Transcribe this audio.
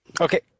Okay